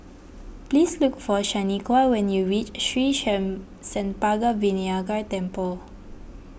please look for Shanequa when you reach Sri Senpaga Vinayagar Temple